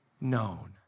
known